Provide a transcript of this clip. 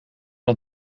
het